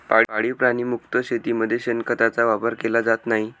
पाळीव प्राणी मुक्त शेतीमध्ये शेणखताचा वापर केला जात नाही